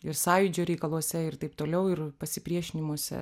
ir sąjūdžio reikaluose ir taip toliau ir pasipriešinimuose